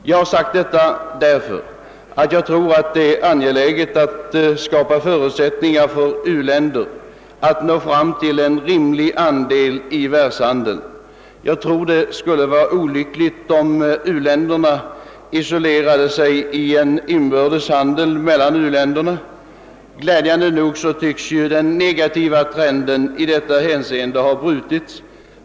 Jag har sagt detta därför att jag anser det angeläget att skapa förutsättningar för u-länder att nå fram till en rimlig andel av världshandeln. Det skulle enligt min mening vara olyckligt om uländerna isolerade sig i inbördes handel sinsemellan. Glädjande nog tycks den negativa trenden i detta avseende ha brutits.